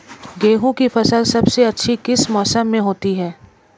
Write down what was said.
गेंहू की फसल सबसे अच्छी किस मौसम में होती है?